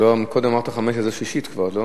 קודם אמרת חמש עד השישית כבר.